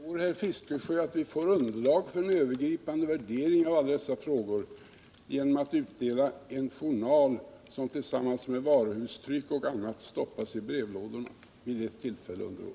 Herr talman! Tror herr Fiskesjö att vi får underlag för en övergripande värdering av alla dessa frågor genom att utdela en journal, som tillsammans med varuhustryck och annat stoppas i brevlådorna vid ett tillfälle under året?